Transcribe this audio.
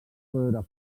veure